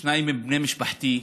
שניים מבני משפחתי,